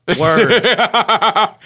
Word